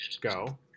go